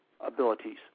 abilities